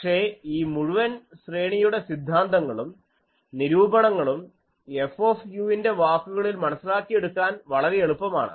പക്ഷേ ഈ മുഴുവൻ ശ്രേണിയുടെ സിദ്ധാന്തങ്ങളും നിരൂപണങ്ങളും F ന്റെ വാക്കുകളിൽ മനസ്സിലാക്കിയെടുക്കാൻ വളരെ എളുപ്പമാണ്